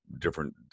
different